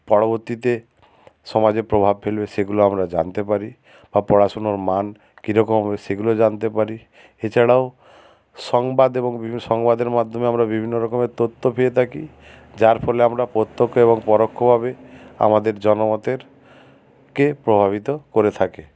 পরবর্তীতে সমাজে প্রভাব ফেলবে সেগুলো আমরা জানতে পারি বা পড়াশুনোর মান কীরকম হবে সেগুলো জানতে পারি এছাড়াও সংবাদ এবং সংবাদের মাধ্যমে আমরা বিভিন্ন রকমের তথ্য পেয়ে থাকি যার ফলে আমরা প্রত্যক্ষ এবং পরোক্ষ ভাবে আমাদের জনমতের কে প্রভাবিত করে থাকে